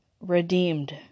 redeemed